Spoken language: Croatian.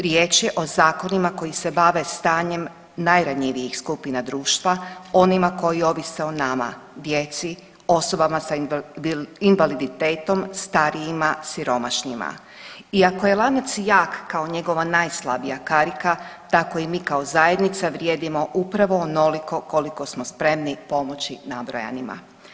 Riječ je o zakonima koji se bave stanjem najranjivijih skupina društva, onima koji ovise o nama, djeci, osobama sa invaliditetom, starijima, siromašnima i ako je lanac jak kao njegova najslabija karika tako i mi kao zajednica vrijedimo upravo onoliko koliko smo spremni pomoći nabrojanima.